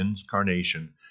incarnation